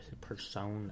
persona